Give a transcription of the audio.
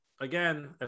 Again